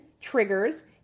triggers